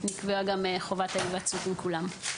נקבעה גם חובת היוועצות עם כולם.